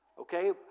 okay